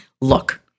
Look